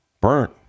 Burnt